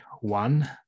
One